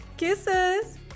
Kisses